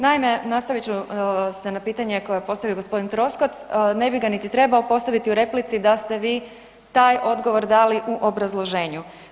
Naime, nastavit ću se na pitanje koje je postavio g. Troskot, ne bi ga niti trebao postaviti u replici, da ste vi taj odgovor dali u obrazloženju.